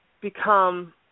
become